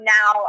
Now